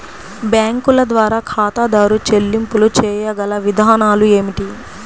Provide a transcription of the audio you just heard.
బ్యాంకుల ద్వారా ఖాతాదారు చెల్లింపులు చేయగల విధానాలు ఏమిటి?